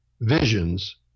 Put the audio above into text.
visions